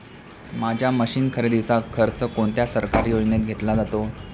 माझ्या मशीन खरेदीचा खर्च कोणत्या सरकारी योजनेत घेतला जातो?